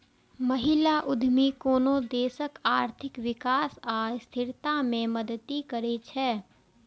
महिला उद्यमी कोनो देशक आर्थिक विकास आ स्थिरता मे मदति करै छै